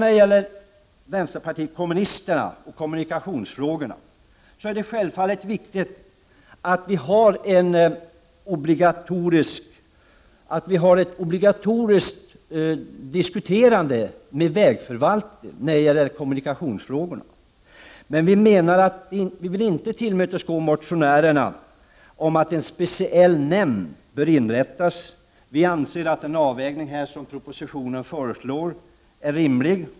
När det gäller vänsterpartiet kommunisterna och kommunikationsfrågorna är det självfallet viktigt att det är obligatoriskt att föra en diskusson med vägförvaltningen. Vi vill inte tillmötesgå motionärernas förslag att en speciell nämnd bör inrättas. Vi anser att den avvägning som föreslås i propositionen är rimlig.